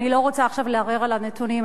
אני לא רוצה עכשיו לערער על הנתונים,